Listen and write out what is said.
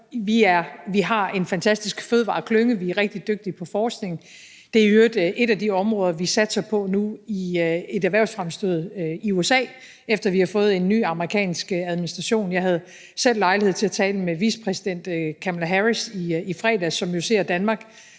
Vi har en fantastisk fødevareklynge. Vi er rigtig dygtige på forskning. Det er i øvrigt et af de områder, vi satser på nu i et erhvervsfremstød i USA, efter at vi har fået en ny amerikansk administration. Jeg havde selv lejlighed til at tale med vicepræsident Kamala Harris i fredags, som jo ser Danmark